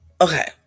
Okay